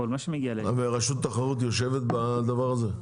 ורשות התחרות יושבת בדבר הזה?